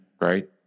Right